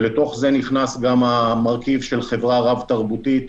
ולתוך זה נכנס גם המרכיב של חברה רב-תרבותית,